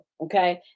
okay